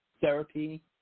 therapy